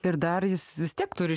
ir dar jis vis tiek turi